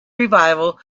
revival